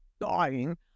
dying